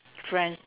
friends